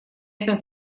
этом